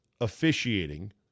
officiating –